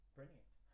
Brilliant